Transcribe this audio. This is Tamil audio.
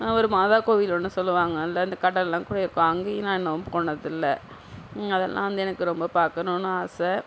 ஒரு மாதா கோவில் ஒன்று சொல்லுவாங்க அந்த அந்த கடல்லாம் கூட இருக்கும் அங்கேயும் நான் இன்னும் போனதில்லை அதெல்லாம் வந்து எனக்கு ரொம்ப பார்க்கணும்னு ஆசை